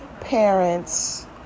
parents